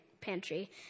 pantry